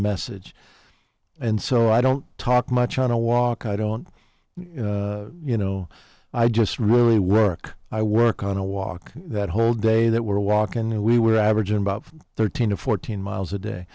message and so i don't talk much on a walk i don't you know i just really work i work on a walk that whole day that we're walking and we were averaging about thirteen or fourteen miles a day